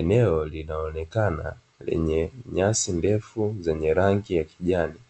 Eneo linaonekana lenye nyasi ndefu zenye rangi ya kijani